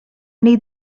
need